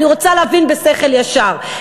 אני רוצה להבין בשכל ישר,